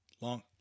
Long